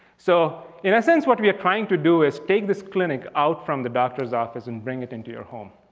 so in a sense what we are trying to do is take this clinic out from the doctor's office and bring it into your home.